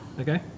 Okay